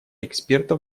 экспертов